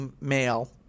male